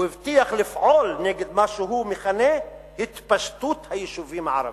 הוא הבטיח לפעול נגד מה שהוא מכנה "התפשטות היישובים הערביים".